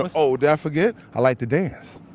oh, did i forget? i like to dance.